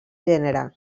gènere